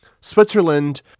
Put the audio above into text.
Switzerland